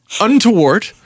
Untoward